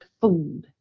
food